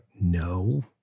No